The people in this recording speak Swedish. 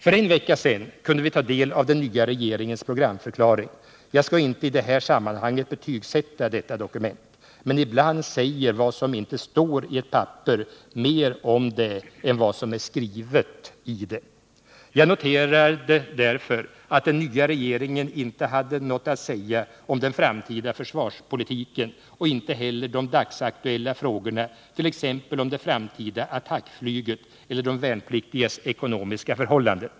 För en vecka sedan kunde vi ta del av den nya regeringens programförklaring. Jag skall inte i det här sammanhanget betygsätta detta dokument. Men ibland säger vad som inte står i ett papper mer om det än vad som är skrivet i det. Jag noterade därför att den nya regeringen inte hade något att säga om den framtida försvarspolitiken och inte heller om de dagsaktuella frågorna, t.ex. om det framtida attackflyget eller de värnpliktigas ekonomiska förhållanden.